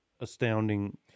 astounding